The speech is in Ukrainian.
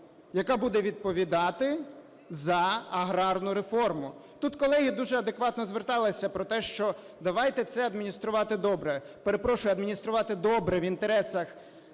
яка буде відповідати за аграрну реформу. Тут колеги дуже адекватно звертались про те, що давайте це адмініструвати добре. Перепрошую, адмініструвати добре в інтересах